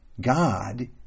God